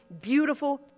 beautiful